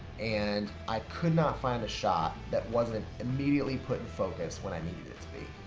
and i could not find a shot that wasn't immediately put in focus when i needed it to be.